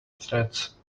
threads